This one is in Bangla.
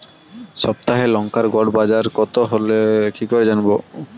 সপ্তাহে লংকার গড় বাজার কতো হলো কীকরে জানবো?